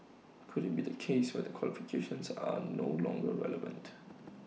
could IT be the case where their qualifications are no longer relevant